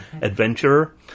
adventure